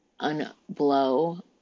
unblow